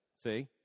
see